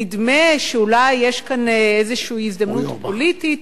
נדמה שאולי יש כאן איזושהי הזדמנות פוליטית,